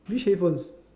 which headphones